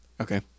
Okay